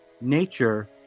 nature